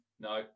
No